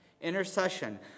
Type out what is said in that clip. Intercession